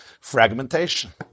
Fragmentation